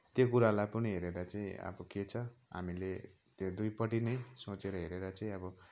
त्यो कुरालाई पनि हेरेर चाहिँ अब के छ हामीले त्यो दुईपट्टि नै सोचेर हेरेर चाहिँ अब